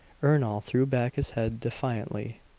ernol threw back his head defiantly.